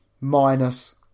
minus